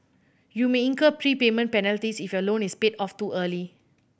you may incur prepayment penalties if your loan is paid off too early